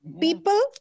people